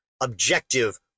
objective